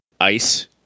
ice